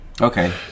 Okay